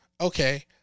Okay